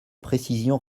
précision